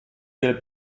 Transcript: del